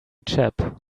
chap